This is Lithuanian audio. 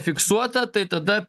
fiksuota tai tada